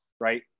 right